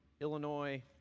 Illinois